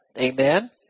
Amen